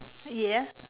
ya